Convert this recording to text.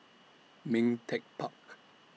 Ming Teck Park